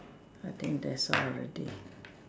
I think that's all already